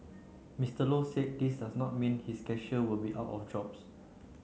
Mister Low said this does not mean his cashier will be out of jobs